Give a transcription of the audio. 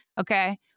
okay